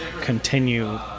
continue